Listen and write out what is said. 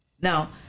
Now